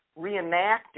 reenacting